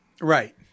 right